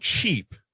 cheap